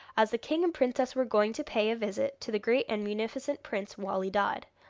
as the king and princess were going to pay a visit to the great and munificent prince wali dad.